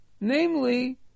namely